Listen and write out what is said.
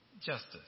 Justice